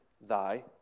thy